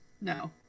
No